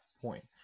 point